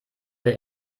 der